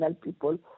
people